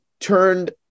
turned